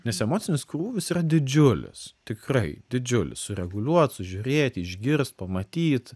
nes emocinis krūvis yra didžiulis tikrai didžiulis sureguliuot sužiūrėt išgirst pamatyt